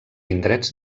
indrets